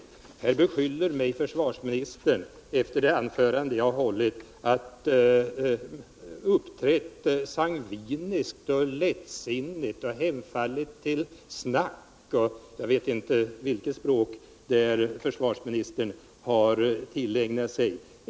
Efter mitt anförande beskylls jag av försvarsministern för att ha uppträtt sangviniskt och lättsinnigt. Jag skulle ha hemfallit till snack — jag vet inte vilket språk försvarsministern har tillägnat sig.